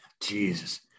Jesus